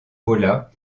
paula